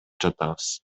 жатабыз